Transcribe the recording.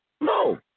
no